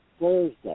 Thursday